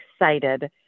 excited